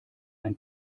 ein